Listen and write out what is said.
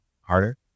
harder